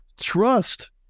trust